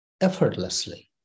effortlessly